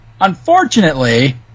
unfortunately